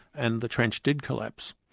and the trench did collapse.